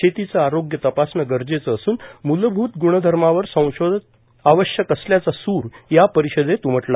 शेतीचे आरोग्य तपासणे गरजेचे असून मूलभूत गुणधर्मांवर संशोधन आवश्यक असल्याचा सूर या परिषदेत उमटला